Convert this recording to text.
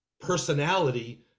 Personality